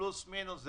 פלוס מינוס.